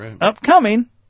Upcoming